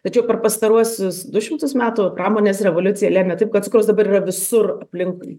tačiau per pastaruosius du šimtus metų pramonės revoliucija lėmė taip kad cukraus dabar yra visur aplinkui